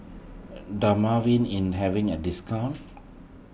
Dermaveen in having a discount